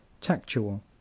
tactual